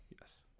yes